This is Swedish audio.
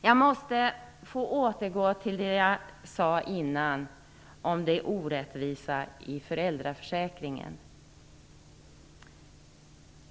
Jag måste få återgå till det jag sade förut om det orättvisa i föräldraförsäkringen.